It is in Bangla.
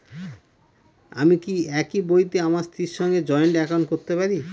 আমি কি একই বইতে আমার স্ত্রীর সঙ্গে জয়েন্ট একাউন্ট করতে পারি?